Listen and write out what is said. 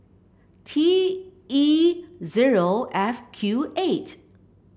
T E zero F Q eight